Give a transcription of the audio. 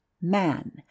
man